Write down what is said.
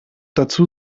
dazu